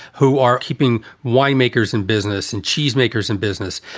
who are keeping winemakers in business and cheesemakers in business.